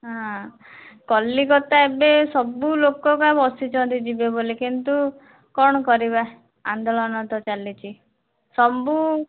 ହଁ କଲିକତା ଏବେ ସବୁ ଲୋକ ଏକା ବସିଛନ୍ତି ଯିବେ ବୋଲି କିନ୍ତୁ କ'ଣ କରିବା ଆନ୍ଦୋଳନ ତ ଚାଲିଛି ସବୁ